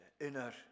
inner